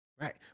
Right